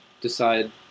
decide